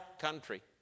country